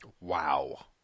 Wow